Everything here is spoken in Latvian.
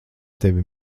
tevi